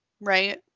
right